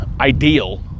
ideal